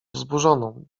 wzburzoną